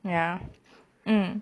ya mm